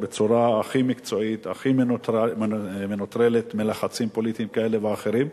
בצורה הכי מקצועית והכי מנוטרלת מלחצים פוליטיים כאלה ואחרים.